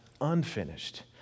unfinished